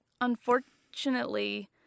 Unfortunately